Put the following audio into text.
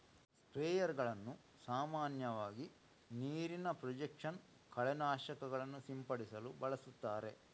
ಸ್ಪ್ರೇಯರುಗಳನ್ನು ಸಾಮಾನ್ಯವಾಗಿ ನೀರಿನ ಪ್ರೊಜೆಕ್ಷನ್ ಕಳೆ ನಾಶಕಗಳನ್ನು ಸಿಂಪಡಿಸಲು ಬಳಸುತ್ತಾರೆ